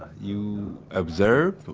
you observe